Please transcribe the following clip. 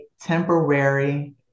temporary